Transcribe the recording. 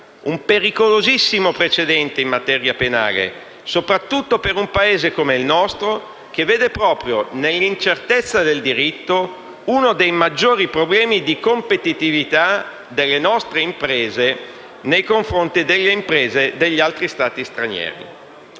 Un pericolosissimo precedente in materia penale, soprattutto per un Paese come il nostro, che vede proprio nell'incertezza del diritto uno dei maggiori problemi di competitività delle nostre imprese nei confronti di quelle degli altri Stati.